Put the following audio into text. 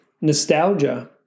nostalgia